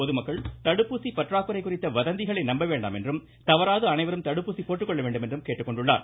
பொதுமக்கள் தடுப்பூசி பற்றாக்குறை குறித்த வதந்திகளை நம்ப வேண்டாம் என்றும் தவறாது அனைவரும் தடுப்பூசி போட்டுக்கொள்ள வேண்டும் எனவும் அவர் கேட்டுக்கொண்டார்